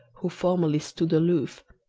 who formerly stood aloof,